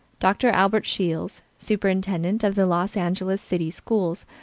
dr. albert shiels, superintendent of the los angeles city schools,